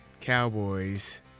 Cowboys